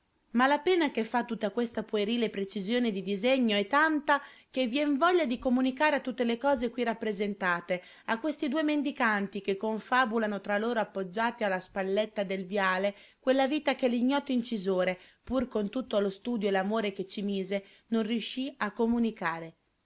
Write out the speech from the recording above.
ma la pena che fa tutta questa puerile precisione di disegno è tanta che vien voglia di comunicare a tutte le cose qui rappresentate a questi due mendicanti che confabulano tra loro appoggiati alla spalletta del viale quella vita che l'ignoto incisore pur con tutto lo studio e l'amore che ci mise non riuscì a comunicare